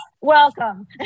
welcome